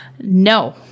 No